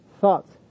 thoughts